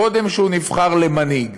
קודם שהוא נבחר למנהיג.